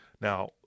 Now